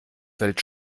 fällt